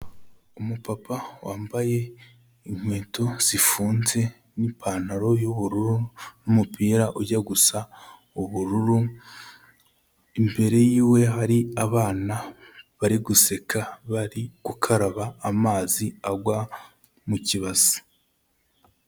Umupapa wambaye inkweto zifunze n'ipantaro y'ubururu n'umupira ujya gusa ubururu, imbere yiwe hari abana bari guseka, bari gukaraba amazi agwa mu kibase.